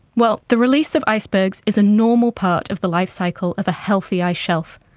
well, the release of icebergs is a normal part of the life-cycle of a healthy ice shelf,